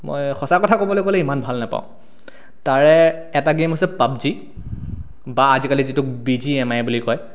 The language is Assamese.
মই সঁচা কথা ক'বলৈ গ'লে ইমান ভাল নেপাওঁ তাৰে এটা গেম হৈছে পাবজি বা আজিকালি যিটোক বি জি এম আই বুলি কয়